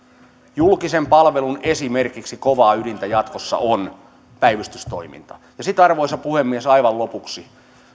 julkisen palvelun esimerkiksi kovaa ydintä jatkossa on päivystystoiminta sitten arvoisa puhemies aivan lopuksi